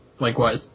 likewise